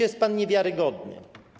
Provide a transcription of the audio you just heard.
Jest pan niewiarygodny.